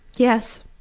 yes,